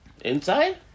Inside